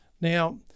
Now